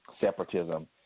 separatism